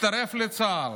הצטרף לצה"ל,